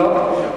לא.